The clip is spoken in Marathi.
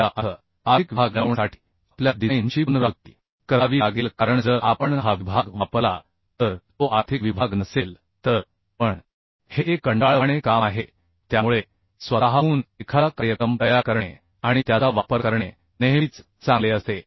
याचा अर्थ आर्थिक विभाग मिळवण्यासाठी आपल्याला डिझाइन ची पुनरावृत्ती करावी लागेल कारण जर आपण हा विभाग वापरला तर तो आर्थिक विभाग नसेल तर पण हे एक कंटाळवाणे काम आहे त्यामुळे स्वतःहून एखादा कार्यक्रम तयार करणे आणि त्याचा वापर करणे नेहमीच चांगले असते